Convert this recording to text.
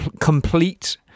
complete